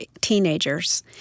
teenagers